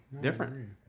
different